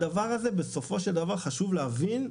הדבר הזה בסופו של דבר, חשוב להבין,